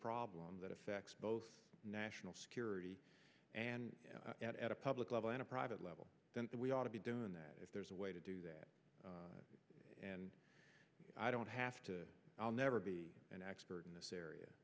problem that affects both national security and at a public level at a private level then we ought to be and that if there's a way to do that and i don't have to i'll never be an expert in this area